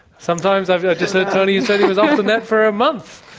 sometimes i've yeah just heard tony say he's off the net for a month.